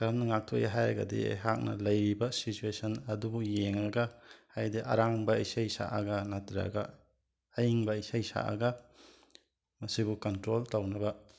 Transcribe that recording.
ꯀꯔꯝꯅ ꯉꯥꯛꯊꯣꯏ ꯍꯥꯏꯔꯒꯗꯤ ꯑꯩꯍꯥꯛꯅ ꯂꯩꯔꯤꯕ ꯁꯤꯆꯨꯋꯦꯁꯟ ꯑꯗꯨꯕꯨ ꯌꯦꯡꯂꯒ ꯍꯥꯏꯗꯤ ꯑꯔꯥꯡꯕ ꯏꯁꯩ ꯁꯛꯑꯒ ꯅꯠꯇ꯭ꯔꯒ ꯑꯏꯪꯡꯕ ꯏꯁꯩ ꯁꯛꯂꯒ ꯃꯁꯤꯕꯨ ꯀꯟꯇ꯭ꯔꯣꯜ ꯇꯧꯅꯕ